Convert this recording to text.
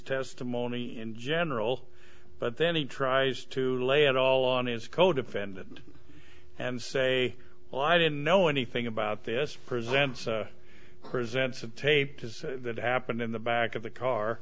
testimony in general but then he tries to lay it all on his codefendant and say well i didn't know anything about this present cresent tape that happened in the back of the car